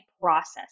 process